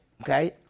Okay